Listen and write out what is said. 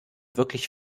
wirklich